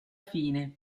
fine